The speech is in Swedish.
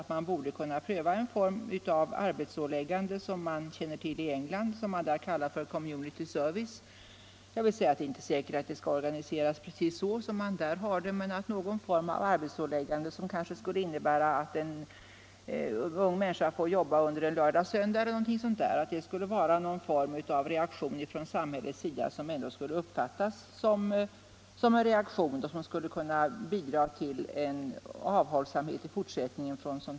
Därvid har vi tänkt oss en form av arbetsåläggande som finns i England och där kallas för Community Service. Det är inte säkert att organisationen behöver vara precis som den är där. Arbetsåläggandet skulle kanske innebära att en ung människa får jobba under lördag-söndag eller någonting sådant. Det skulle ändå kunna uppfattas som en reaktion från samhällets sida och bidra till avhållsamhet från sådan här skadegörelse i fortsättningen.